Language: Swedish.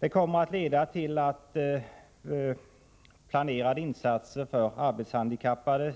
Detta kommer att leda till att planerade insatser för arbetshandikappade